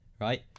right